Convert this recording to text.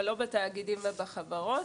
אבל לא בתאגידים ובחברות.